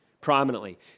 prominently